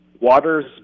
waters